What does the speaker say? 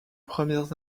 premières